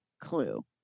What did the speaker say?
clue